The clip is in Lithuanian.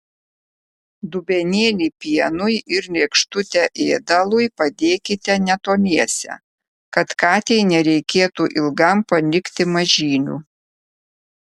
dubenėlį pienui ir lėkštutę ėdalui padėkite netoliese kad katei nereikėtų ilgam palikti mažylių